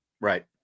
Right